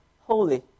Holy